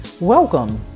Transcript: Welcome